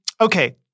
okay